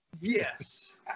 Yes